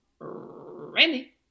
randy